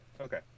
Okay